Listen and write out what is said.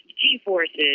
G-forces